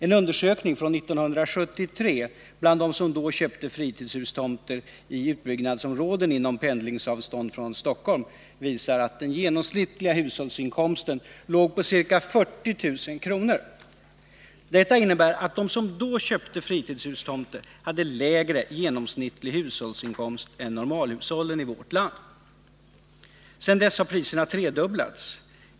En undersökning som gjordes 1973 bland personer som då köpte fritidshustomter i utbyggnadsområden inom pendlingsavstånd från Stockholm visar att den genomsnittliga hushållsinkomsten låg på ca 40 000 kr. Detta innebär att de som då köpte fritidshustomter hade en lägre genomsnittlig hushållsinkomst än normalhushållen hade i vårt land. Sedan dess har priserna tredubblats.